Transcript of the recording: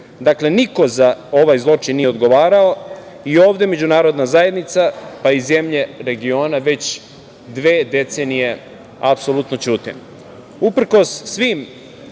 Niko za ovaj zločin nije odgovarao i ovde međunarodna zajednica, pa i zemlje regiona već dve decenije apsolutno